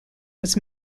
was